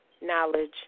knowledge